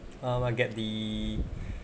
um I get the